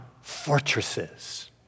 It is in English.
fortresses